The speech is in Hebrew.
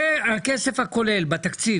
זה הכסף הכולל בתקציב.